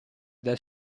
del